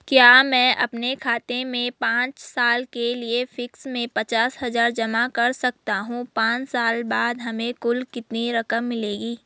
क्या मैं अपने खाते में पांच साल के लिए फिक्स में पचास हज़ार जमा कर सकता हूँ पांच साल बाद हमें कुल कितनी रकम मिलेगी?